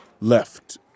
left